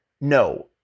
no